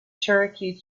cherokee